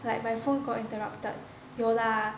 like my phone got interrupted 有 lah